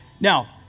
Now